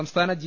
സംസ്ഥാന ജി